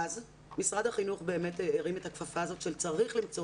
משרד החינוך באמת הרים את הכפפה הזאת שצריך למצוא